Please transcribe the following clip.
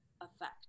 effect